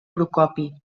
procopi